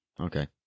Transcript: okay